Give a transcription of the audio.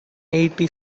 eighty